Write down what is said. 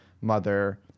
mother